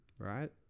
right